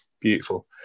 beautiful